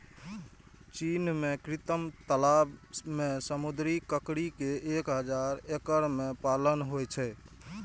चीन मे कृत्रिम तालाब मे समुद्री ककड़ी के एक हजार एकड़ मे पालन होइ छै